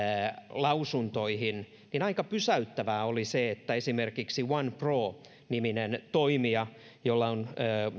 lausuntoihin niin aika pysäyttävää oli se että esimerkiksi one pro niminen toimija jolla on